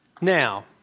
Now